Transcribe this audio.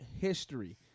history